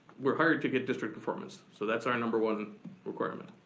we're hired to get district performance, so that's our number one requirement.